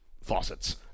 faucets